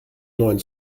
neuen